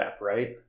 right